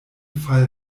fall